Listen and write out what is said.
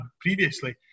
previously